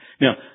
Now